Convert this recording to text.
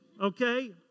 okay